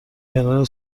کنار